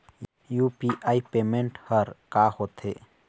UPI payment हर का होते?